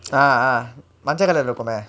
ah ah மஞ்ச:manja colour leh இருக்குமே:irukkumae